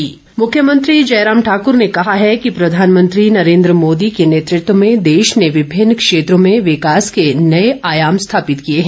मुख्यमंत्री मुख्यमंत्री जयराम ठाकुर ने कहा है कि प्रधानमंत्री नरेन्द्र मोदी के नेतृत्व में देश ने विभिन्न क्षेत्रों में विकास के नए आयाम स्थापित किए हैं